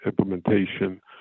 implementation